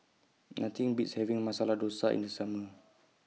Nothing Beats having Masala Dosa in The Summer